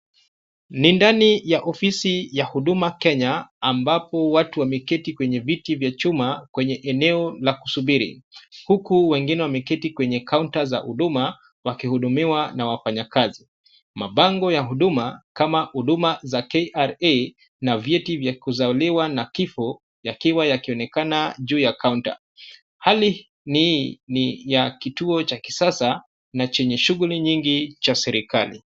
Ni ndani ya ofisi ya Huduma Kenya, ambapo watu wameketi kwenye viti vya chuma kwenye eneo la kusubiri. Huku wengine wameketi kwenye kaunta za huduma wakihudumia na wafanyakazi. Mabango ya huduma kama huduma za KRA, na vyeti vya kuzaliwa na kifo yakiwa yakionekana juu ya kaunta. Hali ni, ni ya kituo cha kisasa na chenye shughuli nyingi cha serikali.